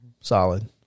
Solid